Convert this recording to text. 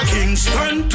Kingston